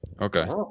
Okay